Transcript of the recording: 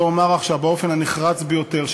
שלא אומר עכשיו באופן הנחרץ ביותר,